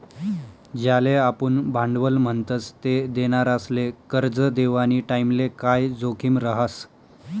ज्याले आपुन भांडवल म्हणतस ते देनारासले करजं देवानी टाईमले काय जोखीम रहास